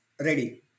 ready